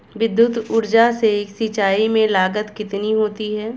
विद्युत ऊर्जा से सिंचाई में लागत कितनी होती है?